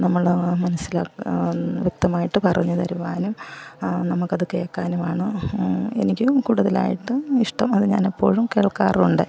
നമ്മളെ മനസ്സിലാക്ക് വ്യക്തമായിട്ടു പറഞ്ഞു തരുവാനും നമുക്ക് അതു കേൾക്കാനുമാണ് എനിക്കും കൂടുതലായിട്ടും ഇഷ്ടം അതു ഞാൻ എപ്പോഴും കേൾക്കാറുമുണ്ട്